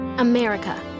America